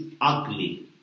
ugly